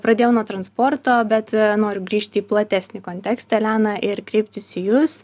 pradėjau nuo transporto bet noriu grįžti į platesnį kontekstą eleną ir kreiptis į jus